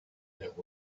that